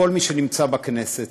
כל מי שנמצא בכנסת,